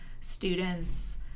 students